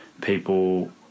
people